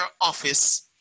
office